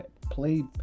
play